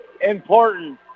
important